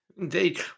Indeed